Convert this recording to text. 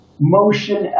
motion